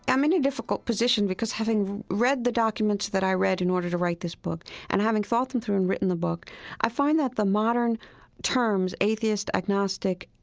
i'm in a difficult position because having read the documents that i read in order to write this book and having thought them through and written the book i find that the modern terms atheist, agnostic,